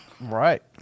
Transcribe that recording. right